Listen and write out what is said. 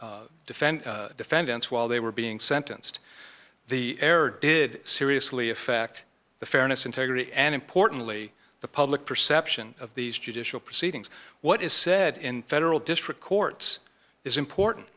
these defend defendants while they were being sentenced the error did seriously affect the fairness integrity and importantly the public perception of these judicial proceedings what is said in federal district courts is important